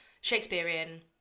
Shakespearean